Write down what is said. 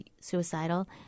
suicidal